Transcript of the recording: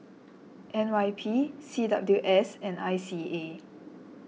N Y P C W S and I C A